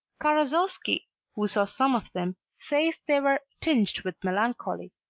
karasowski who saw some of them says they were tinged with melancholy.